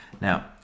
Now